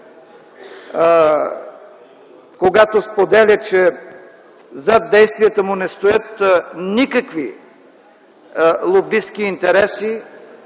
когато споделя, че зад действията му не стоят никакви лобистки интереси,